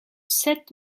sept